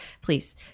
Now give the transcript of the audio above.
please